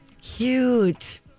Cute